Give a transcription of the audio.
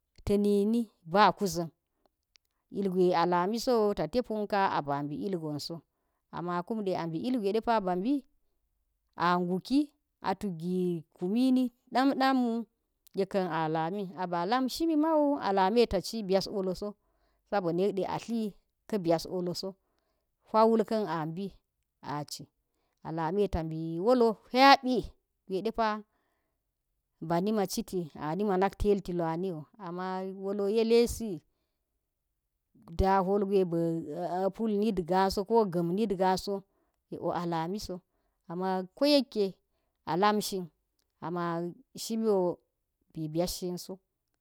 Nini ba kuzhin, ilgwe alami sa̱n ta te punka a bi a mbi ilgon so, am ma kude a mbi ilgwe dep aba ni a n guki a tuk gi kubi a nguki a tuk gi kumi dam dam wo yekan a lamia bi a lam shi ni man a lamiye ta ci ba̱yas wolo so, sabona yek de a tli yka biyaz wolo so, huwawul ka̱n a lami ye ta mbi woto wu wabi ta ni ma citi a nima tel ti luwani, ama wolo ye lesi, dazhol gwe pull nit gaso ko gam nitgaso, yek wo a lamiso, ama ma kay yeke alam shin, am shim o be biyas shin so.